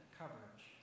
coverage